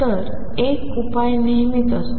तर एक उपाय नेहमीच असतो